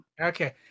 Okay